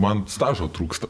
man stažo trūksta